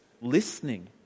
listening